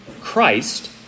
Christ